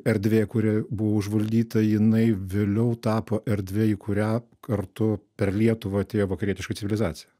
erdvė kuri buvo užvaldyta jinai vėliau tapo erdve į kurią kartu per lietuvą atėjo vakarietiška civilizacija